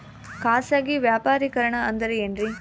ಖಾಸಗಿ ವ್ಯಾಪಾರಿಕರಣ ಅಂದರೆ ಏನ್ರಿ?